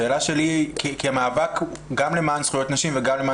השאלה שלי כמאבק גם למען זכויות נשים וגם למען